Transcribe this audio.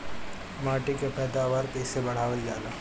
माटी के पैदावार कईसे बढ़ावल जाला?